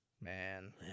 Man